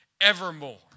evermore